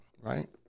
right